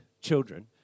children